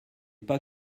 pas